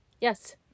Yes